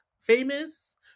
famous